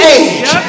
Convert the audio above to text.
age